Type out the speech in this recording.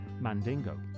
Mandingo